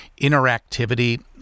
interactivity